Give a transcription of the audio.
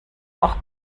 auch